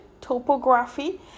topography